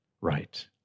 right